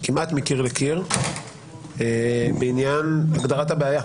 שכמעט מקיר לקיר יש הסכמה בעניין הגדרת הבעיה.